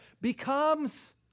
becomes